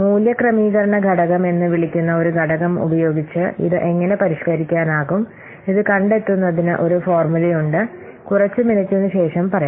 മൂല്യ ക്രമീകരണ ഘടകം എന്ന് വിളിക്കുന്ന ഒരു ഘടകം ഉപയോഗിച്ച് ഇത് എങ്ങനെ പരിഷ്കരിക്കാനാകും ഇത് കണ്ടെത്തുന്നതിന് ഒരു ഫോർമുലയുണ്ട് കുറച്ച് മിനിറ്റിനുശേഷം പറയാം